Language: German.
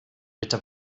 bitte